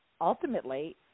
Ultimately